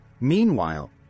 Meanwhile